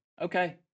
okay